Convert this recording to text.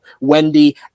Wendy